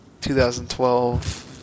2012